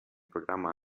programma